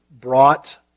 brought